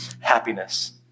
happiness